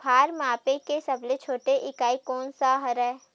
भार मापे के सबले छोटे इकाई कोन सा हरे?